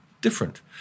different